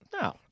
no